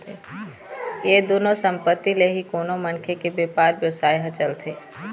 ये दुनो संपत्ति ले ही कोनो मनखे के बेपार बेवसाय ह चलथे